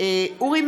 אורי